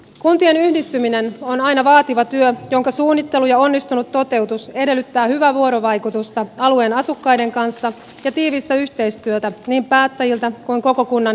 kuntien yhdistyminen on aina vaativa työ jonka suunnittelu ja onnistunut toteutus edellyttävät hyvää vuorovaikutusta alueen asukkaiden kanssa ja tiivistä yhteistyötä niin päättäjiltä kuin koko kunnan henkilöstöltä